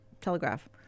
Telegraph